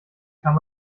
kann